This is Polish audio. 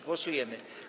Głosujemy.